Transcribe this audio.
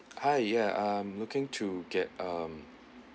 hi ya I'm looking to get um